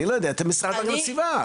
אני לא יודע, אתם המשרד לאיכות הסביבה.